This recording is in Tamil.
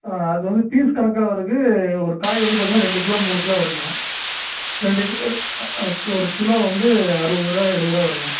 ஆ அது வந்து பீஸ் கணக்காகவும் இருக்குது ஒரு காய் வந்து பார்த்தீங்கன்னா ரெண்டு கிலோ மூணு கிலோ வருங்க ரெண்டு ஒரு கிலோ வந்து அறுபதுருவா எழுபதுருவா வருங்க